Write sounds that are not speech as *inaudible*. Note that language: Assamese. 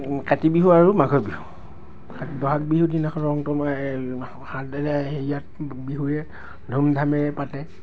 কাতি বিহু আৰু মাঘৰ বিহু বহাগ বিহুৰ দিনাখন *unintelligible* হেৰিয়ত বিহুৱে ধুম ধামেৰে পাতে